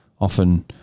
Often